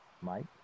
Mike